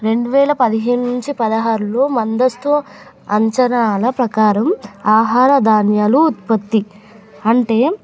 రెండు వేల పదిహేను నుంచి పదహారులో ముందస్తు అంచనాల ప్రకారం ఆహార ధాన్యాలు ఉత్పత్తి అంటే